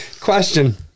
Question